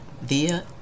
via